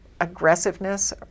aggressiveness